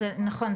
נכון,